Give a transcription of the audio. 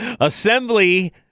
Assembly